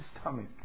stomach